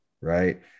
right